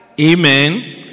Amen